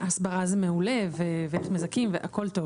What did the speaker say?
הסברה זה מעולה, הכל טוב.